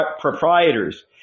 proprietors